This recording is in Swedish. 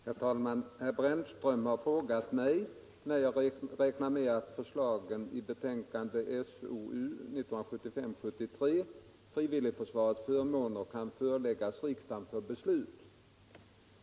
Herr talman! Herr Brännström har frågat mig, när jag räknar med att förslagen i betänkandet Frivilligförsvarets förmåner kan föreläggas riksdagen för beslut.